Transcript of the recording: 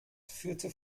führte